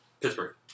Pittsburgh